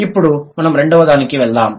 ఇప్పుడు మనం రెండవదానికి వెళ్దాం